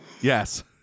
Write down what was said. yes